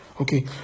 Okay